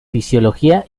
fisiología